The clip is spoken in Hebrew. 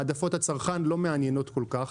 העדפות הצרכן לא מעניינות כל כך,